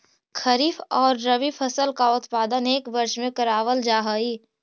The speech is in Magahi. खरीफ और रबी फसल का उत्पादन एक वर्ष में करावाल जा हई